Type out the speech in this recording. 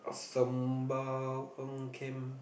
Sembawang camp